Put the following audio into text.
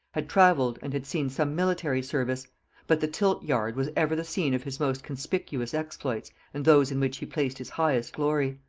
had travelled, and had seen some military service but the tilt-yard was ever the scene of his most conspicuous exploits and those in which he placed his highest glory.